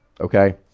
okay